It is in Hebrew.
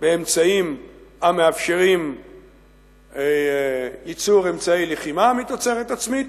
באמצעים המאפשרים ייצור אמצעי לחימה מתוצרת עצמית